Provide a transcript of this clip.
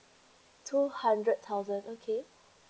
two hundred thousand okay